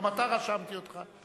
גם אתה, רשמתי אותךָ.